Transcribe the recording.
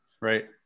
Right